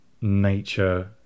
nature